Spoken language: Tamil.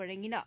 வழங்கினார்